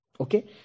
Okay